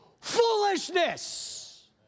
Foolishness